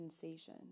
sensation